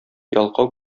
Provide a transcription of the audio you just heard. ялкау